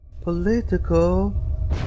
Political